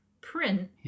print